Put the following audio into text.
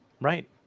Right